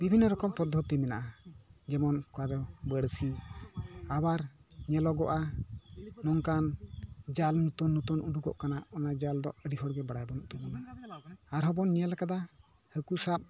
ᱵᱤᱵᱷᱤᱱᱱᱚ ᱨᱚᱠᱚᱢ ᱯᱚᱫᱽᱫᱷᱚᱛᱤ ᱢᱮᱱᱟᱜᱼᱟ ᱡᱮᱢᱚᱱ ᱚᱠᱟ ᱫᱚ ᱵᱟᱹᱬᱥᱤ ᱟᱵᱟᱨ ᱧᱮᱞᱚᱜᱚᱜᱼᱟ ᱱᱚᱝᱠᱟᱱ ᱡᱟᱞ ᱱᱩᱛᱩᱱ ᱱᱩᱛᱩᱱ ᱩᱰᱩᱠᱚᱜ ᱠᱟᱱᱟ ᱚᱱᱟ ᱡᱟᱞ ᱫᱚ ᱟ ᱰᱤ ᱦᱚᱲ ᱜᱮ ᱵᱟᱲᱟᱭ ᱵᱟ ᱱᱩᱜ ᱛᱟᱵᱚᱱᱟ ᱟᱨ ᱦᱚᱸ ᱵᱚᱱ ᱧᱮᱞ ᱠᱟᱫᱟ ᱦᱟ ᱠᱩ ᱥᱟᱵ